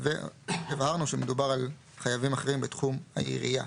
והבהרנו שמדובר על חייבים אחרים "בתחום העירייה".